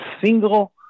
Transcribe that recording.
single